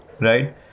right